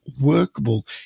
workable